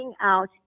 out